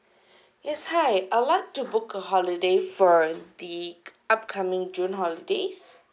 yes hi I would like to book a holiday for the upcoming june holidays